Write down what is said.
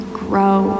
grow